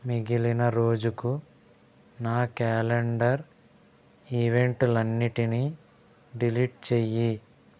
మిగిలిన రోజుకు నా క్యాలెండర్ ఈవెంట్లన్నిటిని డిలీట్ చెయ్యి